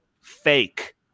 fake